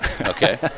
Okay